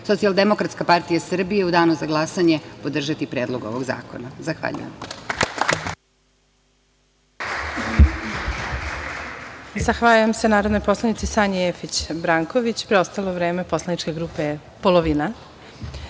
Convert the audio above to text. Socijaldemokratska partija Srbije u danu za glasanje podržati Predlog ovog zakona. Zahvaljujem.